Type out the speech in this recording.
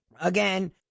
Again